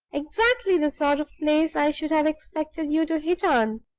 exactly the sort of place i should have expected you to hit on!